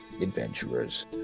adventurers